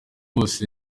bose